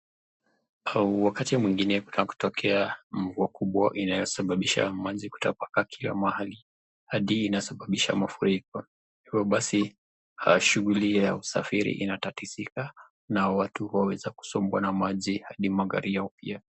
Wakati mwingine kuna kutokea mvua kubwa inayisababisha mwanzi kutapakaa kila mahali hadi inasababisha mafuriko. Hivyo basi shughuli ya usafiri inatatizika na watu huweza kusombwa na maji hadi magari yao pia.